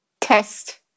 test